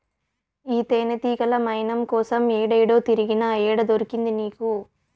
ఈ తేనెతీగల మైనం కోసం ఏడేడో తిరిగినా, ఏడ దొరికింది నీకు